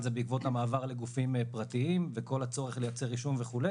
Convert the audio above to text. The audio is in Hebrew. זה בעקבות המעבר לגופים פרטיים וכל הצורך לייצר רישום וכו'.